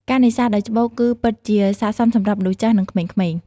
ការនេសាទដោយច្បូក គឺពិតជាស័ក្ដិសមសម្រាប់មនុស្សចាស់ និងក្មេងៗ។